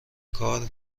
کار